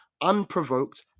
unprovoked